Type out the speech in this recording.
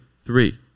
three